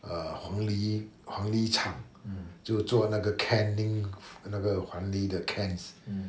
uh 黄梨黄梨厂就做那个 canning 那个黄梨的 cans